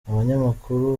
abanyamakuru